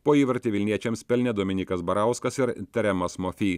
po įvartį vilniečiams pelnė dominykas barauskas ir taremas mofi